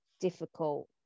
difficult